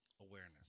awareness